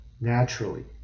naturally